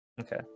Okay